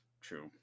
True